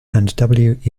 and